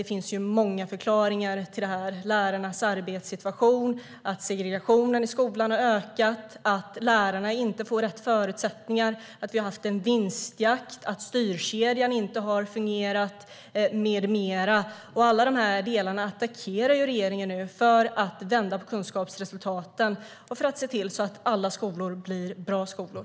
Det handlar om lärarnas arbetssituation, att segregationen i skolan har ökat, att lärarna inte får rätt förutsättningar, att vi har haft en vinstjakt, att styrkedjan inte har fungerat med mera. Alla dessa delar attackerar regeringen nu för att vända på kunskapsresultaten och se till att alla skolor blir bra skolor.